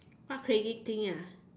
what crazy thing ah